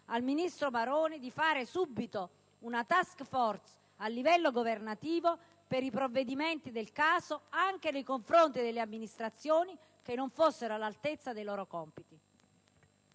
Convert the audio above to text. del ministro Maroni, di costituire subito una *task force* a livello governativo per i provvedimenti del caso, anche nei confronti delle amministrazioni che non fossero all'altezza dei loro compiti.